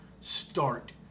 start